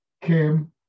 came